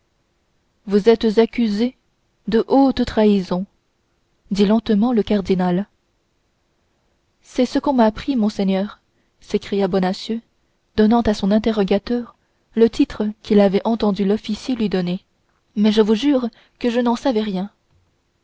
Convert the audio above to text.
vous êtes accusé de haute trahison dit lentement le cardinal c'est ce qu'on m'a déjà appris monseigneur s'écria bonacieux donnant à son interrogateur le titre qu'il avait entendu l'officier lui donner mais je vous jure que je n'en savais rien